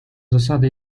zasady